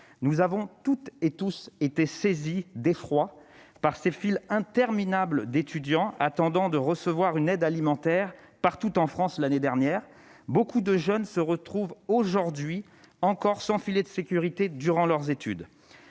Nous avons tous été saisis d'effroi devant ces files interminables d'étudiants attendant de recevoir une aide alimentaire partout en France, l'année dernière. Beaucoup de jeunes se retrouvent aujourd'hui encore sans filet de sécurité durant leurs études.